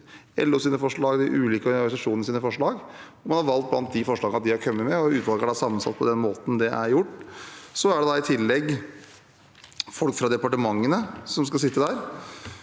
LOs forslag, de ulike organisasjonenes forslag. Man har valgt blant forslagene de har kommet med, og utvalget er sammensatt på den måten det er gjort. I tillegg er det folk fra departementene som skal sitte der.